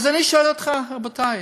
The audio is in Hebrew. אז אני שואל, רבותי,